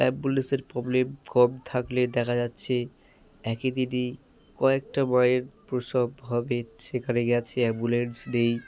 অ্যাম্বুলেন্সের প্রবলেম কম থাকলে দেখা যাচ্ছে একই দিনই কয়েকটা মায়ের প্রসব হবে সেখানে গিয়েছে অ্যাম্বুলেন্স নেই